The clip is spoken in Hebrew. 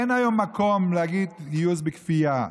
אין היום מקום להגיד: גיוס בכפייה.